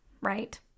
right